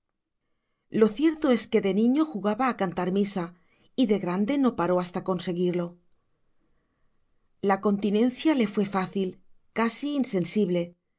lo cierto es que de niño jugaba a cantar misa y de grande no paró hasta conseguirlo la continencia le fue fácil casi insensible